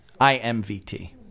IMVT